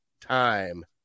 Time